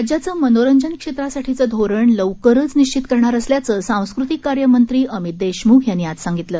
राज्याचं मनोरंजन क्षेत्रासाठीचं धोरण लवकरच निश्चित करणार असल्याचं सांस्कृतिक कार्य मंत्री अमित देशमुख यांनी आज सांगितलं